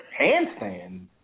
handstand